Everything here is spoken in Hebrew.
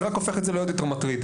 רק הופך את זה לעוד יותר מטריד.